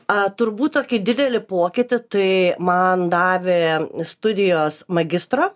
a turbūt tokį didelį pokytį tai man davė studijos magistro